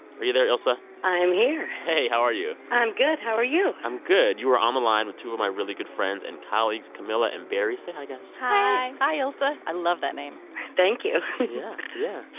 are you there, elsa? i'm here hey, how are you? i'm good. how are you? i'm good. you are on the line with two of my really good friends and colleagues, camila and barrie. say hi, guys hi hi, elsa. i love that name thank you yeah.